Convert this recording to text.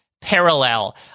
parallel